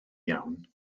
iawn